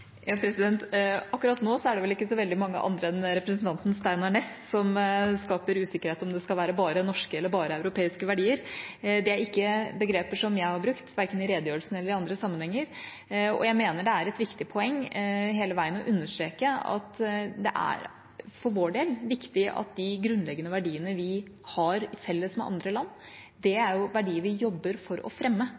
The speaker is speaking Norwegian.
Akkurat nå er det vel ikke så veldig mange andre enn representanten Steinar Ness som skaper usikkerhet med tanke på om det skal være bare norske eller bare europeiske verdier. Det er ikke uttrykk som jeg har brukt, verken i redegjørelsen eller i andre sammenhenger. Jeg mener at det er et viktig poeng hele veien å understreke at det for vår del er viktig at de grunnleggende verdiene vi har felles med andre land, er verdier vi jobber for å fremme,